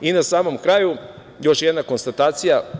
Na samom kraju još jedna konstatacija.